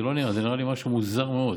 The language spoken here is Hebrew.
זה לא נראה, זה נראה לי משהו מוזר מאוד,